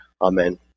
Amen